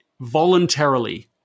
voluntarily